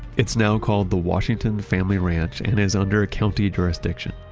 it's now called the washington family ranch and is under a county jurisdiction.